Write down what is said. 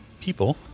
people